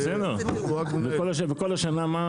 וכל השנה מה?